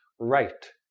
write,